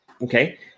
Okay